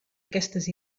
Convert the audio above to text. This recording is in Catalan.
aquestes